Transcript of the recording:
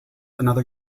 another